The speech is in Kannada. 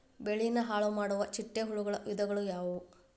ಬೆಳೆನ ಹಾಳುಮಾಡುವ ಚಿಟ್ಟೆ ಹುಳುಗಳ ವಿಧಗಳು ಯಾವವು?